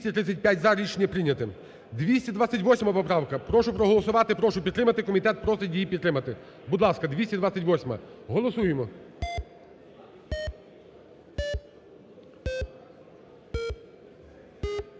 228 поправка. Прошу проголосувати, прошу підтримати. Комітет просить її підтримати. Будь ласка, 228-а, голосуємо.